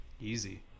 easy